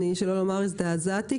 שלא לומר הזדעזעתי,